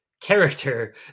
character